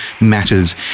matters